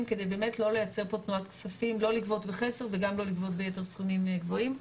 כדי לא לגבות בחסר וגם לא לגבות ביתר סכומים גבוהים.